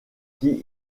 qui